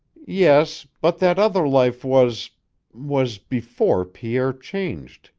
yes, but that other life was was before pierre changed,